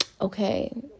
okay